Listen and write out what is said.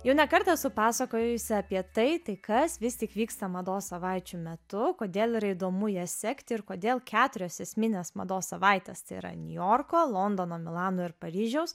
jau ne kartą esu pasakojusi apie tai tai kas vis tik vyksta mados savaičių metu kodėl yra įdomu ją sekti ir kodėl keturios esminės mados savaitės tai yra niujorko londono milano ir paryžiaus